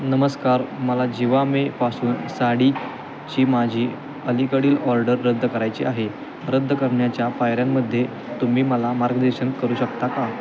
नमस्कार मला जिवामेपासून साडीची माझी अलीकडील ऑर्डर रद्द करायची आहे रद्द करण्याच्या पायऱ्यांमध्ये तुम्ही मला मार्गदर्शन करू शकता का